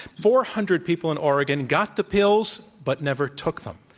four hundred people in oregon got the pills but never took them.